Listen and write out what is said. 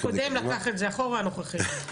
הקודם לקח את זה אחורה, הנוכחי לא.